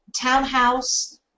townhouse